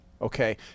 okay